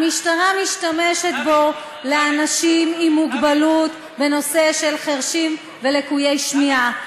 המשטרה משתמשת בו לאנשים עם מוגבלות לחירשים ולקויי שמיעה,